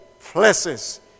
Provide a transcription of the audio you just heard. places